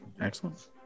Excellent